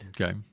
Okay